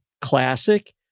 Classic